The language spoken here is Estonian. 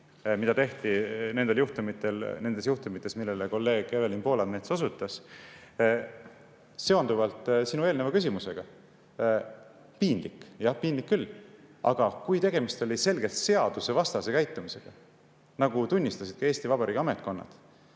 mida tehti nendes juhtumites, millele kolleeg Evelin Poolamets osutas. Seonduvalt sinu eelneva küsimusega: piinlik, jah, piinlik küll, aga kui tegemist oli selgelt seadusvastase käitumisega, nagu tunnistasid ka Eesti Vabariigi ametkonnad,